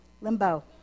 limbo